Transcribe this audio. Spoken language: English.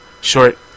short